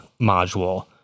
module